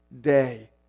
day